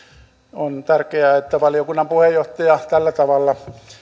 on tärkeää että valiokunnan puheenjohtaja tällä tavalla